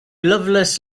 loveless